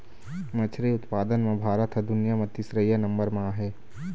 मछरी उत्पादन म भारत ह दुनिया म तीसरइया नंबर म आहे